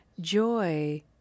Joy